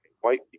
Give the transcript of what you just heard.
white